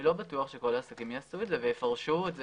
אני לא בטוח שכל העסקים יעשו את זה ויפרשו את זה.